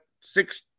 six